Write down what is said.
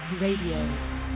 Radio